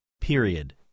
period